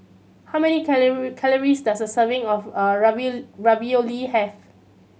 how many calories does a serving of a Ravioli have